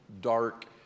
dark